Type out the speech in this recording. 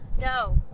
No